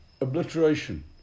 obliteration